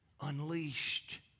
unleashed